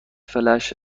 فلاش